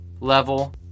level